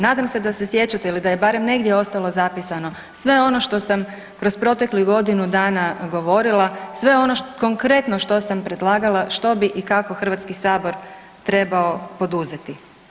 Nadam se da se sjećate ili da je barem negdje ostalo zapisano sve ono što sam kroz proteklih godinu dana govorila, sve ono konkretno što sam predlagala što bi i kako Hrvatski sabor trebao poduzeti.